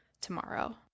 tomorrow